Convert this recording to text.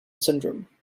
syndrome